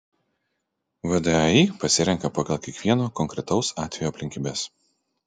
vdai pasirenka pagal kiekvieno konkretaus atvejo aplinkybes